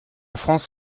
france